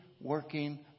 working